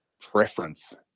preference